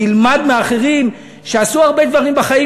תלמד מאחרים שעשו הרבה דברים בחיים,